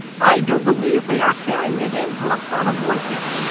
i do believe they are carrying it in for the fun of working.